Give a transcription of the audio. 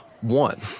one